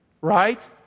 right